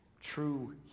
true